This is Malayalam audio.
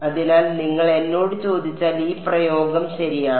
അതിനാൽ നിങ്ങൾ എന്നോട് ചോദിച്ചാൽ ഈ പ്രയോഗം ശരിയാണ്